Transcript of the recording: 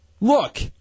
Look